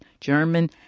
German